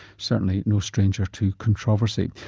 certainly no stranger to controversy.